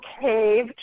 Cave